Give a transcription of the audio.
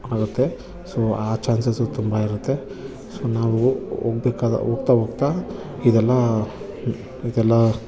ಆಗತ್ತೆ ಸೊ ಆ ಚಾನ್ಸಸ್ಸು ತುಂಬ ಇರತ್ತೆ ಸೊ ನಾವು ಹೋಗ್ಬೇಕಾದ ಹೋಗ್ತಾ ಹೋಗ್ತಾ ಇದೆಲ್ಲ ಇದೆಲ್ಲ